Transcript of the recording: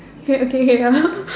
okay okay K